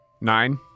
Nine